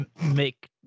make